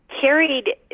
carried